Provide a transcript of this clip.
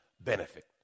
benefit